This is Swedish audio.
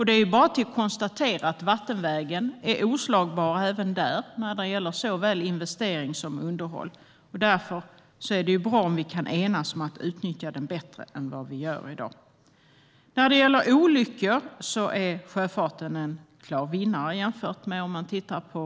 Det är bara att konstatera att vattenvägen är oslagbar när det gäller såväl investering som underhåll. Därför är det bra om vi kan enas om att utnyttja sjöfarten bättre än vad vi gör i dag. I fråga om olyckor är sjöfarten en klar vinnare jämfört med vägtransporterna.